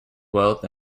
wealth